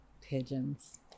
Pigeons